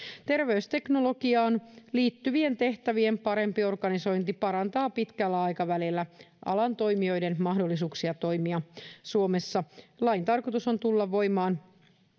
terveysteknologiaan liittyvien tehtävien parempi organisointi parantaa pitkällä aikavälillä alan toimijoiden mahdollisuuksia toimia suomessa lain tarkoitus on tulla voimaan